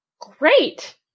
Great